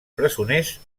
presoners